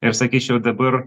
ir sakyčiau dabar